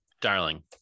darling